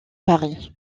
paris